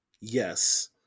Yes